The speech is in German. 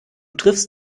triffst